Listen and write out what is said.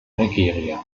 nigeria